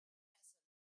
castles